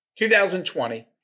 2020